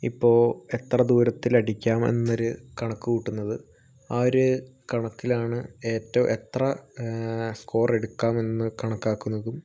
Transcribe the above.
ഇപ്പോൾ എത്ര ദൂരത്തിൽ അടിക്കാം എന്നൊരു കണക്കു കൂട്ടുന്നത് ആ ഒരു കണക്കിലാണ് എത്ര സ്കോർ എടുക്കാമെന്നു കണക്കാക്കുന്നതും